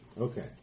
Okay